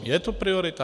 Je to priorita?